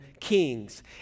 kings